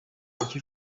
icyo